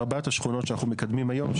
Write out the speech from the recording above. בארבעת השכונות שאנחנו מקדמים היום,